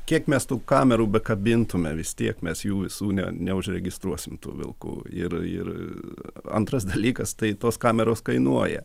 kiek mes tų kamerų pakabintume vis tiek mes jų visų ne ne neužregistruosim tų vilkų ir ir antras dalykas tai tos kameros kainuoja